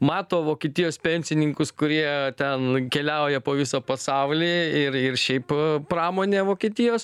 mato vokietijos pensininkus kurie ten keliauja po visą pasaulį ir ir šiaip pramonė vokietijos